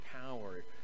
power